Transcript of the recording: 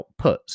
outputs